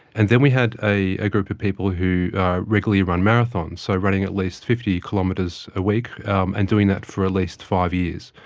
and then we had a a group of people who regularly run marathons, so running at least fifty kilometres a week um and doing that for at least five years.